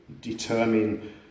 determine